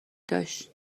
داشت